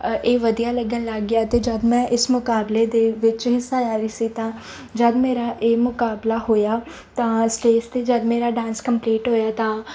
ਇਹ ਵਧੀਆ ਲੱਗਣ ਲੱਗ ਗਿਆ ਅਤੇ ਜਦੋਂ ਮੈਂ ਇਸ ਮੁਕਾਬਲੇ ਦੇ ਵਿੱਚ ਹਿੱਸਾ ਲੈ ਰਹੀ ਸੀ ਤਾਂ ਜਦੋਂ ਮੇਰਾ ਇਹ ਮੁਕਾਬਲਾ ਹੋਇਆ ਤਾਂ ਸਟੇਜ਼ 'ਤੇ ਜਦੋਂ ਮੇਰਾ ਡਾਂਸ ਕੰਪਲੀਟ ਹੋਇਆ ਤਾਂ